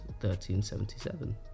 1377